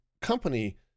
company